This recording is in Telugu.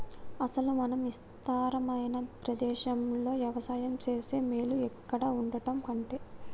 అసలు మనం ఇస్తారమైన ప్రదేశంలో యవసాయం సేస్తే మేలు ఇక్కడ వుండటం కంటె